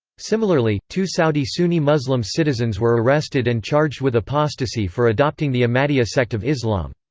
similarly, two saudi sunni muslim citizens were arrested and charged with apostasy for adopting the ahmadiyya sect of islam.